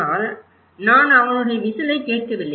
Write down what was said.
ஆனால் நான் அவனுடைய விசிலை கேட்கவில்லை